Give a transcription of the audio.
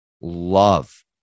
love